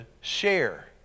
share